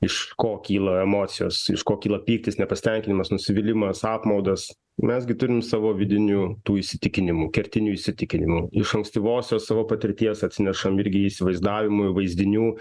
iš ko kyla emocijos iš ko kyla pyktis nepasitenkinimas nusivylimas apmaudas mes gi turim savo vidinių tų įsitikinimų kertinių įsitikinimų iš ankstyvosios savo patirties atsinešam irgi įsivaizdavimų vaizdinių